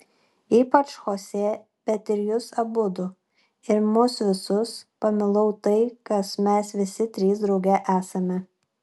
ypač chosė bet ir jus abudu ir mus visus pamilau tai kas mes visi trys drauge esame